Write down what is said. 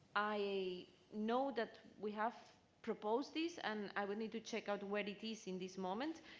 i know that we have proposed this and i would need to check out where it is in this moment.